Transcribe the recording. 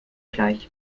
gleich